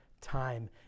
time